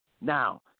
Now